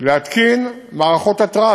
להתקין מערכות התרעה.